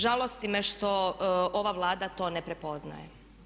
Žalosti me što ova Vlada to ne prepoznaje.